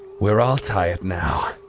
we're all tired now.